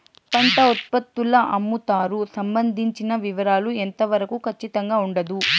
పంట ఉత్పత్తుల అమ్ముతారు సంబంధించిన వివరాలు ఎంత వరకు ఖచ్చితంగా ఉండదు?